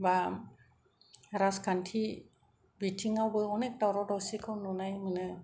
बा राजखान्थि बिथिंआवबो अनेख दावराव दावसिखौ नुनाय मोनो